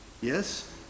Yes